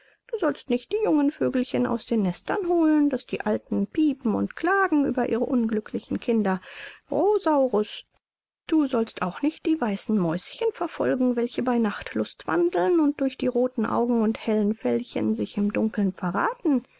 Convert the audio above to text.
du sollst nicht die jungen vögelchen aus den nestern holen daß die alten pipen und klagen über ihre unglücklichen kinder rosaurus du sollst auch nicht die weißen mäuschen verfolgen welche bei nacht lustwandeln und durch die rothen augen und hellen fellchen sich im dunkeln verrathen